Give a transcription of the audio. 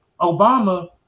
Obama